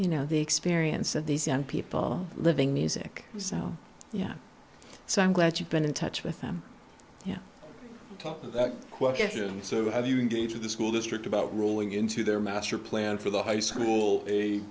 you know the experience of these young people living music so yeah so i'm glad you've been in touch with them you know that question so have you engage with the school district about ruling into their master plan for the high school a